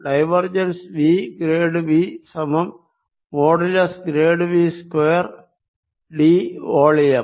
divergence V grad V സമം modulus grad V square d volume